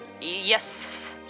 Yes